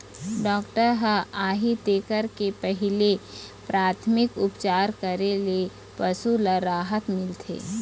doctor ह आही तेखर ले पहिली पराथमिक उपचार करे ले पशु ल राहत मिलथे